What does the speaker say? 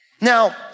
Now